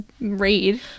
read